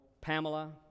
Pamela